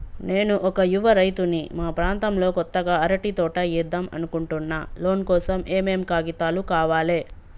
నేను ఒక యువ రైతుని మా ప్రాంతంలో కొత్తగా అరటి తోట ఏద్దం అనుకుంటున్నా లోన్ కోసం ఏం ఏం కాగితాలు కావాలే?